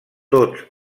tots